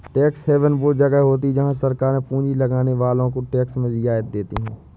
tax haven वो जगह होती हैं जहाँ सरकारे पूँजी लगाने वालो को टैक्स में रियायत देती हैं